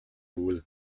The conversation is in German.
wohl